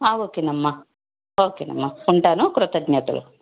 ఓకేనమ్మా ఓకేనమ్మా ఉంటాను కృతజ్ఞతలు